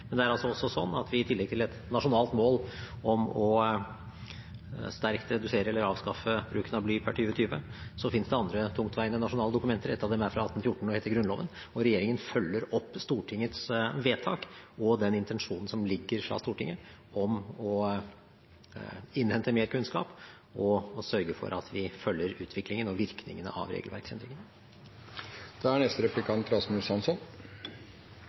Men i tillegg til et nasjonalt mål om sterkt å redusere eller avskaffe bruken av bly innen 2020, finnes det andre tungtveiende nasjonale dokumenter. Et av dem er fra 1814 og heter Grunnloven, og regjeringen følger opp Stortingets vedtak og den intensjonen som ligger der fra Stortinget, om å innhente mer kunnskap og sørge for at vi følger utviklingen og virkningene av regelverksendringene. Spørsmålet som er